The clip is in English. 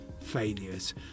failures